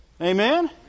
Amen